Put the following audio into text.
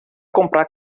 comprar